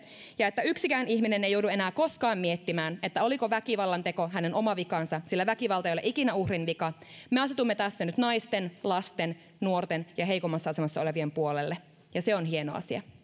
ja että yksikään ihminen ei joudu enää koskaan miettimään oliko väkivallanteko hänen oma vikansa sillä väkivalta ei ole ikinä uhrin vika me asetumme tässä nyt naisten lasten nuorten ja heikommassa asemassa olevien puolelle ja se on hieno asia